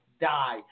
Die